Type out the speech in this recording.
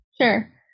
Sure